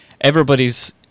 everybody's